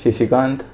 Shashikant